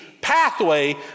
pathway